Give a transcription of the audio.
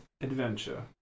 adventure